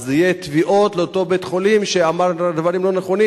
אז יהיו תביעות לאותו בית-חולים שאמר דברים לא נכונים.